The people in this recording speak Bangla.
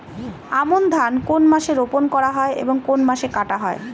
আমন ধান কোন মাসে রোপণ করা হয় এবং কোন মাসে কাটা হয়?